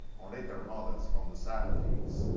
on later models from the seventy s.